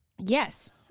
Yes